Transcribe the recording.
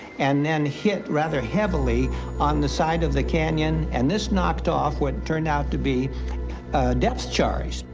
and then, hit rather heavily on the side of the canyon. and this knocked off what turned out to be a depths charge.